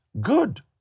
Good